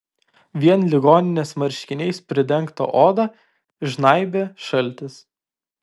vien ligoninės marškiniais pridengtą odą žnaibė šaltis